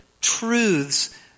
truths